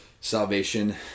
salvation